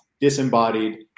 disembodied